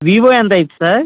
Vivo ఎంత అవుతుంది sir